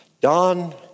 Don